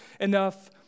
enough